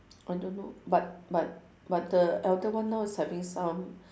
I don't know but but but the elder one now is having some